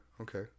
Okay